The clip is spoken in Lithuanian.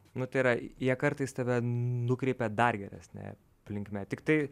nu tai yra jie kartais tave nukreipia dar geresne linkme tiktai